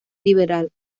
liberal